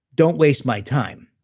don't waste my time.